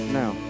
now